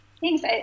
Thanks